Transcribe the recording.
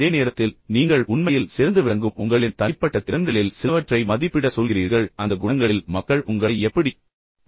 அதே நேரத்தில் நீங்கள் உண்மையில் சிறந்து விளங்கும் உங்களின் தனிப்பட்ட திறன்களில் சிலவற்றை மதிப்பிட சொல்கிறீர்கள் அந்த குணங்களில் மக்கள் உங்களை எப்படி பார்க்கிறார்கள்